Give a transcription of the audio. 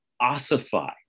ossify